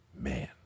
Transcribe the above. man